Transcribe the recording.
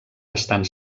bastant